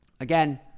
Again